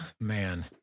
man